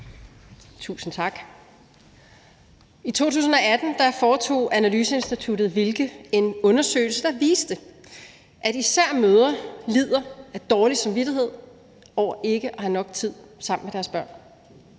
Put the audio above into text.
Tusind tak. I 2018 foretog analyseinstituttet Wilke en undersøgelse, der viste, at især mødre lider af dårlig samvittighed over ikke at have nok tid sammen med deres børn.